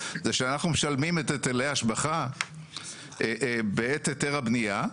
זה שאנחנו משלמים את היטלי ההשבחה בעת היתר הבנייה,